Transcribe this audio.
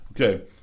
Okay